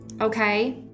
Okay